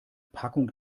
packung